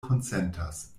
konsentas